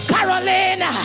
Carolina